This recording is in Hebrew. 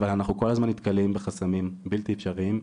אבל אנחנו כל הזמן נתקלים בחסמים בלתי אפשריים.